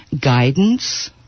guidance